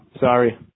sorry